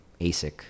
ASIC